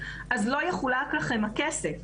אז לא יחולק לכם הכסף.